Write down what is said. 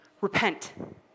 repent